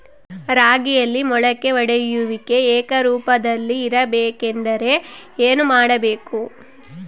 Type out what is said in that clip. ರಾಗಿಯಲ್ಲಿ ಮೊಳಕೆ ಒಡೆಯುವಿಕೆ ಏಕರೂಪದಲ್ಲಿ ಇರಬೇಕೆಂದರೆ ಏನು ಮಾಡಬೇಕು?